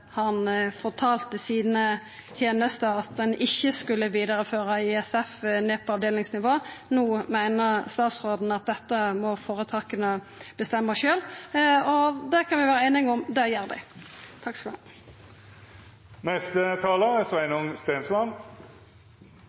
han at han fortalde tenestene sine at han ikkje skulle vidareføra ISF ned på avdelingsnivå, no meiner statsråden at føretaka må bestemma dette sjølve. Det kan vi vera einige om – det gjer dei.